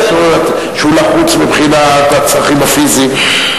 אסור לו כשהוא לחוץ מבחינת הצרכים הפיזיים.